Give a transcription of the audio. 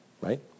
right